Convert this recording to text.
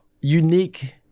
unique